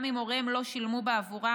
גם אם הוריהם לא שילמו בעבורה,